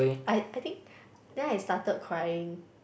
I I think then I started crying